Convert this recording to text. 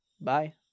bye